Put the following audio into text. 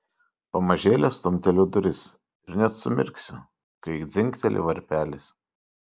pamažėle stumteliu duris ir net sumirksiu kai dzingteli varpelis